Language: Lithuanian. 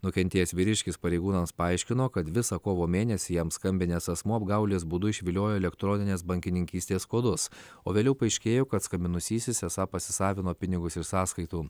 nukentėjęs vyriškis pareigūnams paaiškino kad visą kovo mėnesį jam skambinęs asmuo apgaulės būdu išviliojo elektroninės bankininkystės kodus o vėliau paaiškėjo kad skambinusysis esą pasisavino pinigus iš sąskaitų